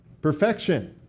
Perfection